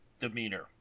demeanor